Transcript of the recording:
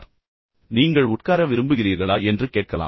எனவே நீங்கள் உட்கார விரும்புகிறீர்களா என்று பணிவுடன் நீங்கள் சொல்லலாம்